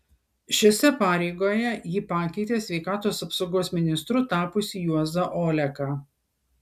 šiose pareigoje ji pakeitė sveikatos apsaugos ministru tapusį juozą oleką